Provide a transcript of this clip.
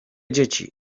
dzieci